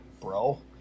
bro